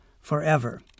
forever